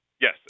Yes